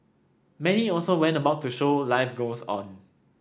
many also went about to show life goes on